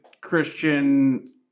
Christian